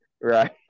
right